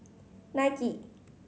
nike